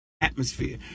atmosphere